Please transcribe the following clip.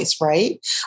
Right